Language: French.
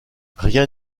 rien